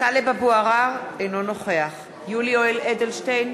טלב אבו עראר, אינו נוכח יולי יואל אדלשטיין,